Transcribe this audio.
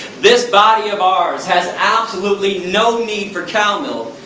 this body of ours has absolutely no need for cow milk,